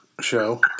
show